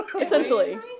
essentially